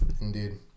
Indeed